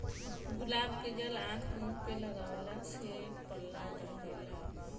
गुलाब के जल आँख, मुंह पे लगवला से पल्ला रहेला